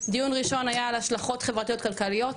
דיון ראשון היה על השלכות חברתיות כלכליות,